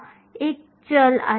38 x 10 23 joule प्रति kelvin असते